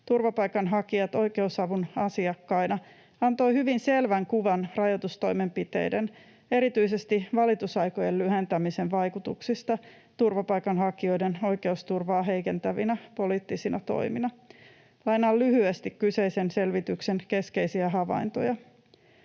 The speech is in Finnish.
”Turvapaikanhakijat oikeusavun asiakkaina”, antoi hyvin selvän kuvan rajoitustoimenpiteiden, erityisesti valitusaikojen lyhentämisen, vaikutuksista turvapaikanhakijoiden oikeusturvaa heikentävinä poliittisina toimina. Lainaan lyhyesti kyseisen selvityksen keskeisiä havaintoja: